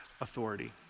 authority